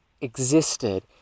existed